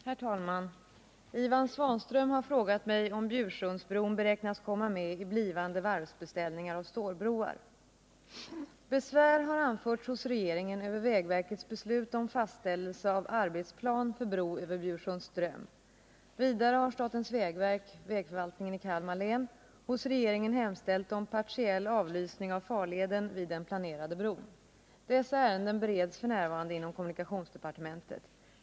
Herr talman! Ivan Svanström har frågat mig om Bjursundsbron beräknas komma med i blivande varvsbeställningar av stålbroar. Besvär har anförts hos regeringen över vägverkets beslut om fastställelse av arbetsplan för bro över Bjursunds ström. Vidare har statens vägverk, vägförvaltningen i Kalmar län, hos regeringen hemställt om partiell avlysning av farleden vid den planerade bron. Dessa ärenden bereds f. n. inom kommunikationsdepartementet.